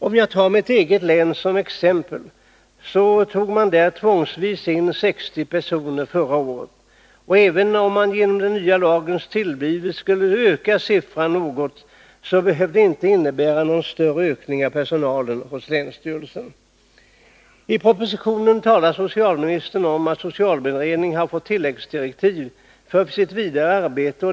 Om jag tar mitt eget län som exempel, så tog man där tvångsvis in 60 personer förra året. Och även om man genom den nya lagens tillblivelse skulle öka den siffran något, behöver det inte innebära någon större ökning av personalen hos länsstyrelsen. I propositionen talar socialministern om att socialberedningen har fått tilläggsdirektiv för sitt vidare arbete.